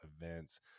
events